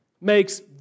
makes